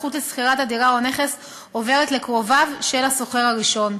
הזכות לשכירת הדירה או הנכס עוברת לקרוביו של השוכר הראשון.